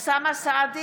(קוראת בשמות חברי הכנסת) אוסאמה סעדי,